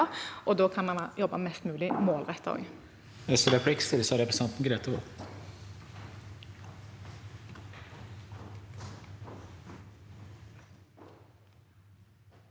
om. Da kan man jobbe mest mulig målrettet.